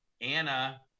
Anna